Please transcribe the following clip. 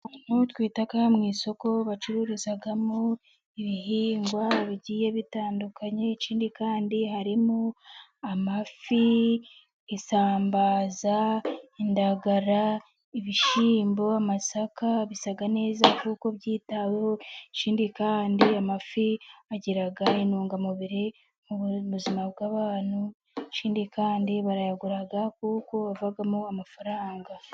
Inzu twita mu isoko, bacururizamo ibihingwa bigiye bitandukanye, ikindi kandi harimo amafi isambaza, indagara, ibishyimbo, amasaka bisa neza kuko byitaweho, ikindi kandi amafi agira intungamubiri mu buzima bw'abantu, ikindi kandi barayagura kuko avamo amafaranga.